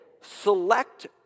select